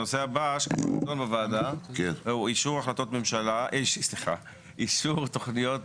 הנושא הבא שכבר נידון בוועדה הוא אישור תוכניות